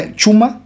chuma